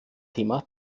thema